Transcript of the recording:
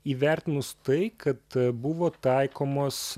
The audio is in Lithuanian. įvertinus tai kad buvo taikomos